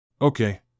Okay